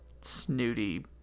snooty